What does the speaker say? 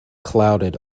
clouded